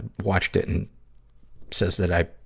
watched it, and says that i,